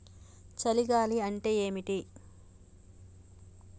చలి గాలి అంటే ఏమిటి?